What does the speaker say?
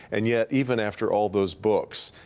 and yet, even after all of those books,